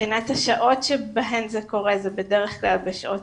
מבחינת השעות שבהן זה קורה זה בדרך כלל בשעות